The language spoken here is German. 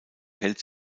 hält